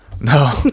no